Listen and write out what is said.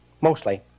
mostly